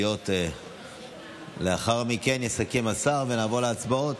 סיעות, לאחר מכן יסכם השר, ונעבור להצבעות,